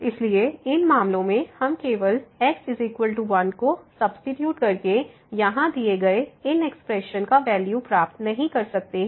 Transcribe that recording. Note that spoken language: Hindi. इसलिए इन मामलों में हम केवल x 1 को सब्सीट्यूट करके यहां दिए गए इन एक्सप्रेशन का वैल्यू प्राप्त नहीं कर सकते हैं